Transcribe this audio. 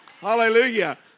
Hallelujah